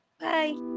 Bye